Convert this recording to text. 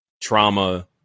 trauma